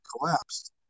collapsed